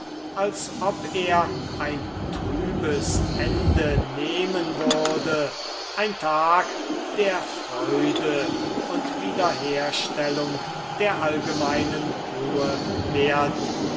als ob er ein trübes ende nehmen würde ein tag der freude und der wiederherstellung der allgemeinen ruhe werden